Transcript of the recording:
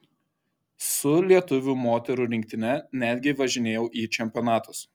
su lietuvių moterų rinktine netgi važinėjau į čempionatus